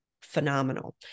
phenomenal